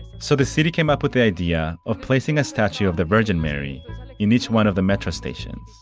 so the city came up with the idea of placing a statue of the virgin mary in each one of the metro station.